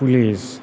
police